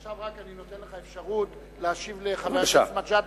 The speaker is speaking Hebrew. עכשיו רק אני נותן לך אפשרות להשיב לחבר הכנסת מג'אדלה,